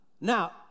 now